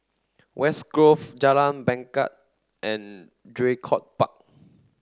West Grove Jalan Bangket and Draycott Park